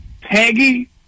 Peggy